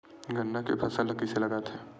गन्ना के फसल ल कइसे लगाथे?